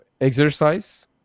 exercise